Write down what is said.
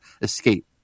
escape